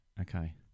okay